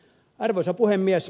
arvoisa puhemies